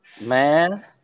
man